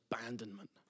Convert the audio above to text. abandonment